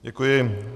Děkuji.